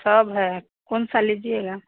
सब है कौन सा लीजिएगा